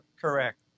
Correct